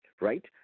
right